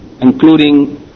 including